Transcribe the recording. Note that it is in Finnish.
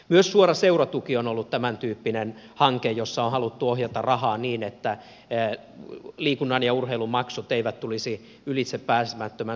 myös suora seuratuki on ollut tämäntyyppinen hanke jossa on haluttu ohjata rahaa niin että liikunnan ja urheilun maksut eivät tulisi ylitsepääsemättömän suuriksi